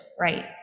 right